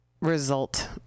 Result